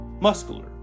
muscular